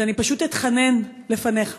אז פשוט אתחנן לפניך